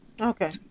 Okay